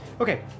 okay